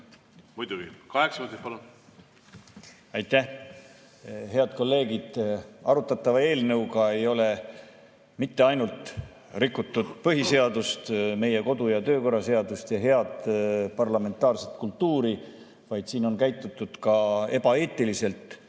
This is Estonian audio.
kujul vastuvõtmist. Aitäh! Aitäh! Head kolleegid! Arutatava eelnõuga ei ole mitte ainult rikutud põhiseadust, meie kodu- ja töökorra seadust ja head parlamentaarset kultuuri, vaid siin on käitutud ka ebaeetiliselt,